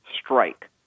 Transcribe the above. strike